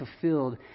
fulfilled